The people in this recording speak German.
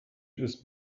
ist